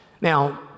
Now